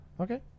Okay